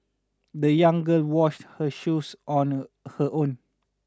the young girl washed her shoes on her own